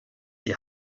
die